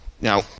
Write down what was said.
now